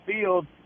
field